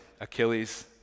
Achilles